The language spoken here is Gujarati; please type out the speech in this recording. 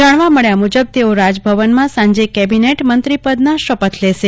જાણવા મળ્યા મુજબ તેઓ રાજભવનમાં સાંજે કેબિનેટ મંત્રી પદના શપથ લેશે